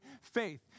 faith